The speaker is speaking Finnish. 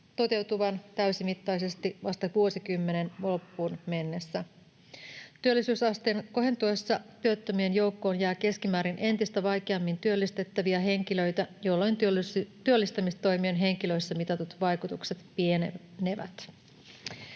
toteutuvan täysimittaisesti vasta vuosikymmenen loppuun mennessä. Työllisyysasteen kohentuessa työttömien joukkoon jää keskimäärin entistä vaikeammin työllistettäviä henkilöitä, jolloin työllistämistoimien henkilöissä mitatut vaikutukset pienenevät.